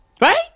Right